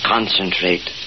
Concentrate